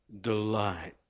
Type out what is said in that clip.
Delight